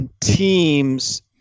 teams